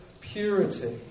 purity